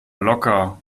locker